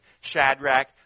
Shadrach